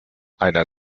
einer